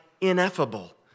ineffable